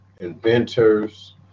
inventors